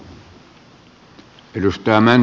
arvoisa puhemies